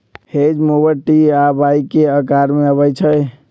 hedge mower T आ Y के अकार में अबई छई